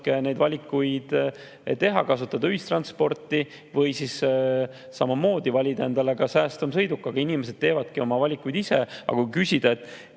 valikuid teha: kasutada ühistransporti või samamoodi valida endale säästvam sõiduk. Inimesed teevadki oma valikuid ise, aga kui küsida,